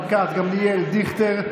ניר ברקת,